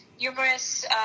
numerous